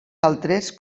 altres